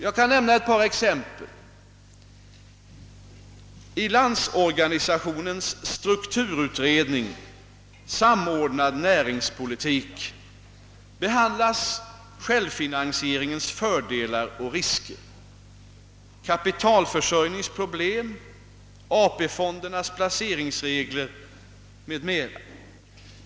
Jag kan nämna ett par exempel. I Landsorganisationens strukturutredning Samordnad näringspolitik behandlas självfinansieringens fördelar och risker, kapitalförsörjningens problem, AP-fondernas placeringsregler m.m.